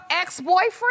ex-boyfriend